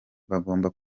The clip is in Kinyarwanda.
bagomba